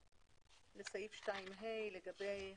לסעיף 2(ה) לגבי "המתאפשר".